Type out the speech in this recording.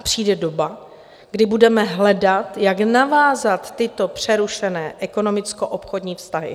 Přijde doba, kdy budeme hledat, jak navázat tyto přerušené ekonomickoobchodní vztahy.